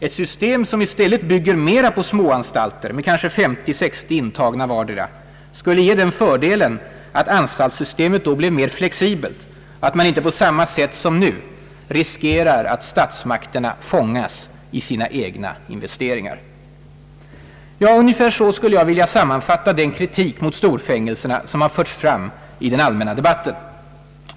Ett system som i stället bygger mera på småanstalter med kanske 50—060 intagna vardera skulle ge den fördelen att anstaltssystemet blev mera flexibelt, att man inte på samma sätt som nu riskerar att statsmakterna fångas i sina egna investeringar. Ja, ungefär så skulle jag vilja sammanfatta den kritik mot storfängelserna som har förts fram i den allmänna debatten.